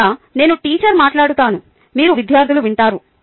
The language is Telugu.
లేదా నేను టీచర్ మాట్లాడుతాను మీరు విద్యార్థులు వింటారు